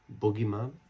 Boogeyman